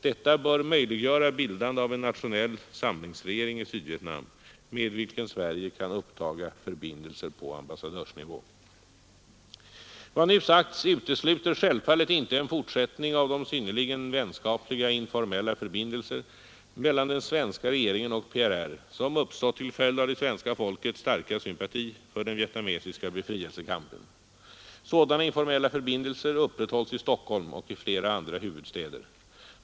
Detta bör möjliggöra bildande av en nationell samlingsregering i Sydvietnam, med vilken Sverige kan upptaga förbindelser på ambassadörsnivå. Vad nu sagts utesluter självfallet inte en fortsättning av de synnerligen vänskapliga informella förbindelser mellan den svenska regeringen och PRR, som uppstått till följd av det svenska folkets starka sympati för den vietnamesiska befrielsekampen. Sådana informella förbindelser upprätthålls i Stockholm och i flera andra huvudstäder.